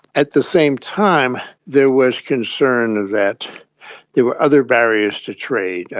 at the same time there was concern that there were other barriers to trade,